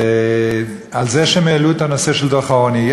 על זה שהם העלו את הנושא של דוח העוני.